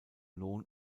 lohn